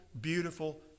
beautiful